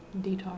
Detox